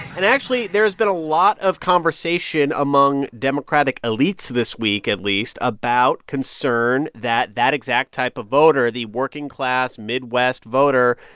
and actually, there has been a lot of conversation among democratic elites this week, at least, about concern that that exact type of voter, the working-class midwest voter,